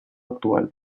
actual